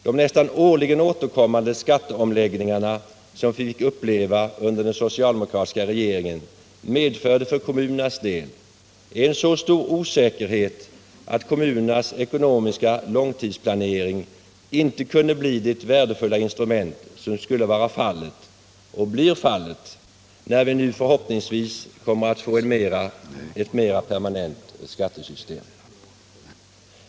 De nästan årligen återkommande skatteomläggningarna, som vi fick uppleva under den socialdemokratiska regeringen, medförde för kommunernas del en så stor osäkerhet, att kommunernas ekonomiska långtidsplanering inte kunde bli det värdefulla instrument som skulle varit fallet — och blir fallet — när vi nu förhoppningsvis får ett mera permanent skattesystem.